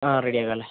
ആ റെഡി ആക്കാം അല്ലേ